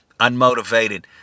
unmotivated